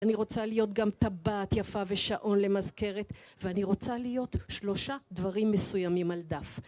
אני רוצה להיות גם טבעת יפה ושעון למזכרת ואני רוצה להיות שלושה דברים מסוימים על דף.